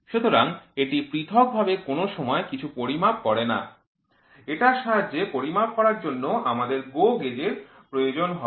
সুতরাং এটি পৃথকভাবে কোন সময় কিছু পরিমাপ করে না এটার সাহায্যে পরিমাপ করার জন্য আমাদের GO gauge এর প্রয়োজন হয়